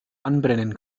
anbrennen